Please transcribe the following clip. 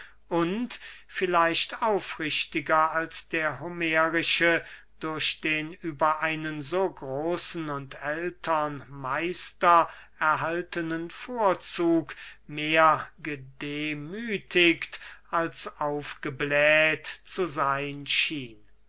und vielleicht aufrichtiger als der homerische durch den über einen so großen und ältern meister erhaltenen vorzug mehr gedemüthigt als aufgebläht zu seyn schien